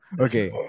Okay